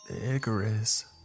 Icarus